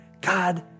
God